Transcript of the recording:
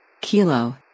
Kilo